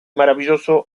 maravilloso